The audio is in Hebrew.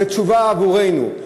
זה תשובה עבורנו.